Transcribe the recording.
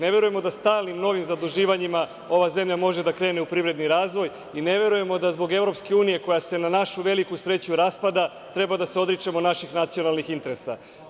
Ne verujemo da stalnim novim zaduživanjima ova zemlja može da krene u privredni razvoj i ne verujemo da zbog EU, koja se na našu veliku sreću raspada, treba da se odričemo naših nacionalnih interesa.